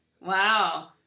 Wow